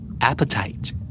Appetite